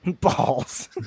balls